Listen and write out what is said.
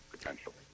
potentially